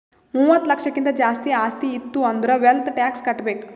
ಮೂವತ್ತ ಲಕ್ಷಕ್ಕಿಂತ್ ಜಾಸ್ತಿ ಆಸ್ತಿ ಇತ್ತು ಅಂದುರ್ ವೆಲ್ತ್ ಟ್ಯಾಕ್ಸ್ ಕಟ್ಬೇಕ್